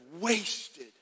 wasted